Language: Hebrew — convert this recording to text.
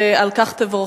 ועל כך תבורכי.